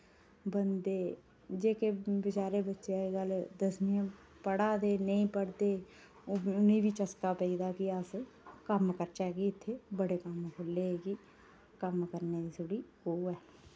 बंदे जेह्के बचारे बच्चे अज्जकल दसमी पढ़ा दे नेईं पढ़दे ओह् उ'ने बी चस्का पेई दा के अस कम्म करचै कि इत्थै बड़े कम्म खु'ल्ले दे कि कम्म करने दी थोह्ड़ी ओह् ऐ